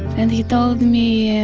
and he told me, and